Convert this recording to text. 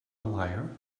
liar